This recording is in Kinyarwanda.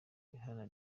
iharanira